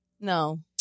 No